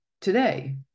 today